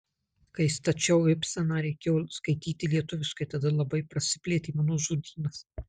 kai stačiau ibseną reikėjo skaityti lietuviškai tada labai prasiplėtė mano žodynas